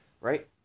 right